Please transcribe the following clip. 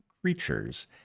creatures